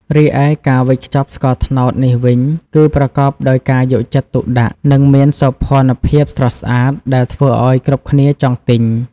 រីឯការវេចខ្ចប់ស្ករត្នោតនេះវិញ គឺប្រកបដោយការយកចិត្តទុកដាក់ និងមានសោភ័ណភាពស្រស់ស្អាត ដែលធ្វើឱ្យគ្រប់គ្នាចង់ទិញ។